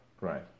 Right